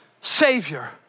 Savior